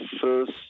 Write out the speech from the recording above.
first